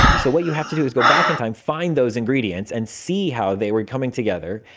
so what you have to do is go back in time, find those ingredients and see how they were coming together,